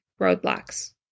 roadblocks